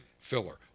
filler